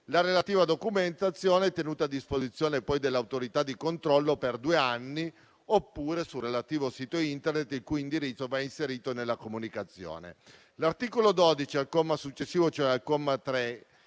La relativa documentazione è tenuta a disposizione dell'autorità di controllo per due anni oppure sul relativo sito internet il cui indirizzo va inserito nella comunicazione. L'articolo 12, al comma successivo, cioè al comma 3,